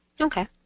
Okay